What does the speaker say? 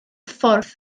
ffordd